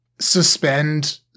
suspend